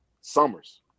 summers